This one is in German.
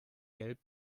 gelb